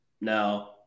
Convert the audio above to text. no